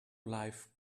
life